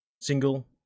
single